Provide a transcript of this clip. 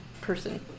person